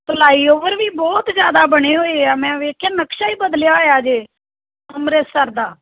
flyover ਵੀ ਬਹੁਤ ਜ਼ਿਆਦਾ ਬਣੇ ਹੋਏ ਆ ਮੈਂ ਵੇਖਿਆ ਨਕਸ਼ਾ ਹੀ ਬਦਲਿਆ ਹੋਇਆ ਜੇ ਅੰਮ੍ਰਿਤਸਰ ਦਾ